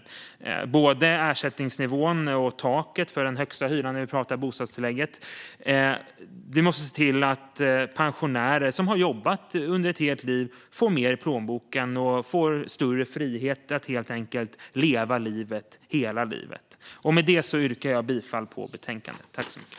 Det handlar både om ersättningsnivån och om taket för den högsta hyran när det gäller bostadstillägget. Vi måste se till att pensionärer som har jobbat under ett helt liv får mer i plånboken och helt enkelt får större frihet att leva livet hela livet. Med det yrkar jag bifall till utskottets förslag i betänkandet.